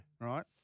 right